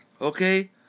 Okay